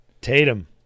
Tatum